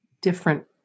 different